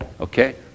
Okay